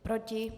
Proti?